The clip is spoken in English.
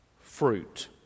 fruit